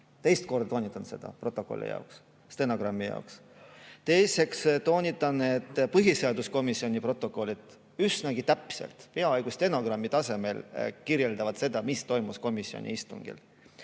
Teist korda ma toonitan seda stenogrammi jaoks. Teiseks toonitan, et põhiseaduskomisjoni protokollid üsnagi täpselt, peaaegu stenogrammi tasemel kirjeldavad seda, mis toimus komisjoni istungil.